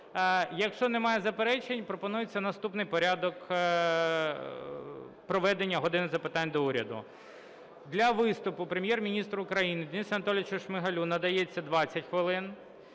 Якщо немає заперечень, пропонується наступний порядок проведення "години запитань до Уряду". Для виступу Прем'єр-міністру України Денису Анатолійовичу Шмигалю надається 20 хвилин.